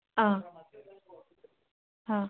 অঁ অঁ